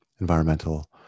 environmental